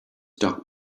doc